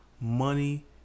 Money